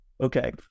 Okay